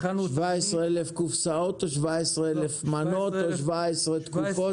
17 אלף קופסאות, או 17 אלף מנות או 17 תקופות?